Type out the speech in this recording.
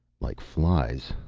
like flies.